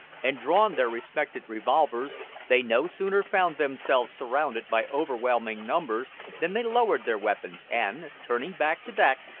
and drawn their respective revolvers, they no sooner found themselves surrounded by overwhelming numbers than they lowered their weapons, and, turning back to back,